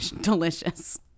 delicious